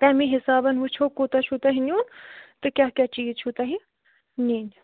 تَمہِ حِسابَن وُچھو کوٗتاہ چھُو تۄہہِ نیُن تہٕ کیٛاہ کیٛاہ چیٖز چھُو تۄہہِ نِنۍ